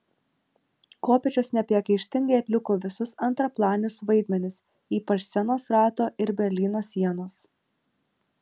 kopėčios nepriekaištingai atliko visus antraplanius vaidmenis ypač scenos rato ir berlyno sienos